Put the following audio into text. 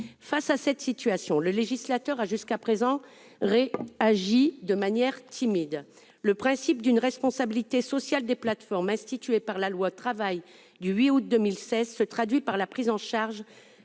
Face à cette situation, le législateur a jusqu'à présent réagi de manière timide. Le principe d'une responsabilité sociale des plateformes, institué par la loi Travail du 8 août 2016, se traduit par la prise en charge